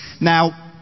Now